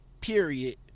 period